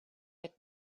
had